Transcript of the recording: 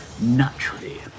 naturally